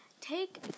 take